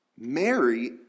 Mary